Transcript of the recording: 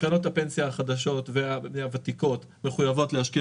קרנות הפנסיה החדשות והוותיקות מחויבות להשקיע